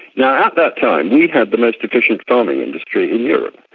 you know at that time we had the most efficient farming industry in europe,